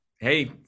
Hey